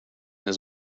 his